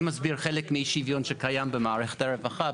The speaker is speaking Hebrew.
זה מסביר חלק מאי-השוויון שקיים במערכת הרווחה,